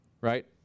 right